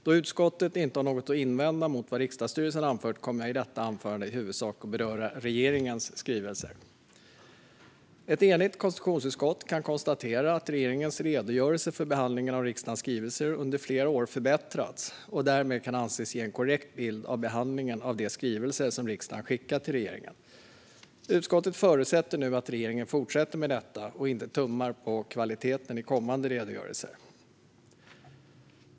Då utskottet inte har något att invända mot vad riksdagsstyrelsen anfört kommer jag i detta anförande i huvudsak att beröra regeringens skrivelser. Ett enigt konstitutionsutskott kan konstatera att regeringens redogörelse för behandlingen av riksdagens skrivelser under flera år har förbättrats och därmed kan anses ge en korrekt bild av behandlingen av de skrivelser som riksdagen har skickat till regeringen. Utskottet förutsätter nu att regeringen fortsätter med detta och inte tummar på kvaliteten i kommande redogörelser.